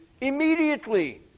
immediately